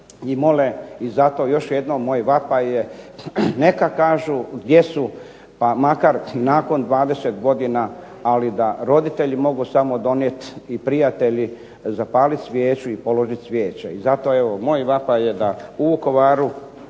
i zato još jednom moj vapaj je neka kažu gdje su pa makar i nakon 20 godina, ali da roditelji mogu samo donijeti i prijatelji zapaliti svijeću i položiti cvijeće. I zato evo moj vapaj je da u Vukovaru